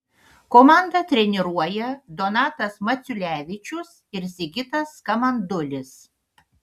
komandą treniruoja donatas maciulevičius ir sigitas kamandulis